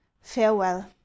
farewell